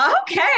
Okay